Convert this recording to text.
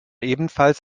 ebenfalls